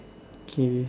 okay